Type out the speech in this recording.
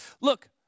Look